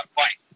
fight